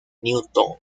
newton